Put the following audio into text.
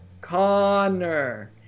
Connor